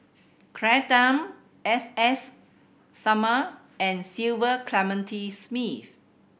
Claire Tham S S Sarma and Cecil Clementi Smith